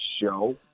show